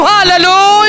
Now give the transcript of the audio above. Hallelujah